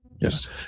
Yes